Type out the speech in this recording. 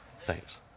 Thanks